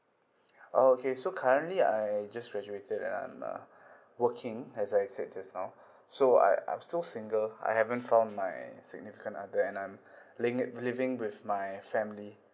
oh okay so currently I just graduated and uh working as I said just now so I I'm still single I haven't found my significant other and I'm living it living with my family